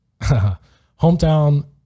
hometown